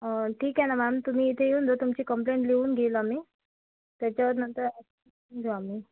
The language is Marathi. ठीक आहे ना मॅम तुम्ही इथे येऊन जा तुमची कम्प्लेंट लिहून घेईल आम्ही त्याच्यावर नंतर घेऊ आम्ही